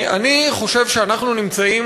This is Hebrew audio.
אני חושב שאנחנו נמצאים,